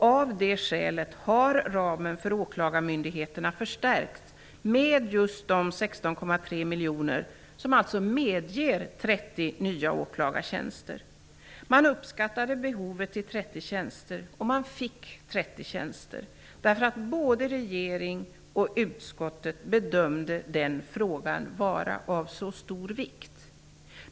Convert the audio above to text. Av det skälet har ramen för åklagarmyndigheterna förstärkts med just de 16,3 miljoner som alltså medger 30 nya åklagartjänster. Behovet uppskattades till 30 tjänster, och man fick 30 tjänster, eftersom både regeringen och utskottet bedömde att frågan var av så stor vikt.